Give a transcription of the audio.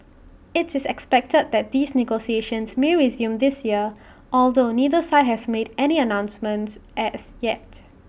IT is expected that these negotiations may resume this year although neither side has made any announcements as yet